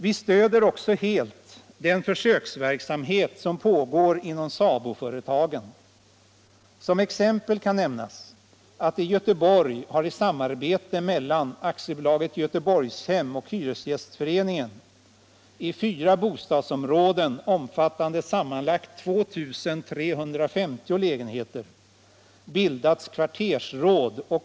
Vi stöder också helt den försöksverksamhet som pågår inom SABO företagen. Som exempel kan nämnas att i Göteborg har i samarbete mellan AB Göteborgshem och hyresgästföreningen bildats kvartersråd och hålls kvartersmöten i fyra bostadsområden omfattande sammanlagt 2 350 lägenheter.